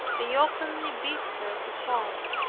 they openly bid her begone.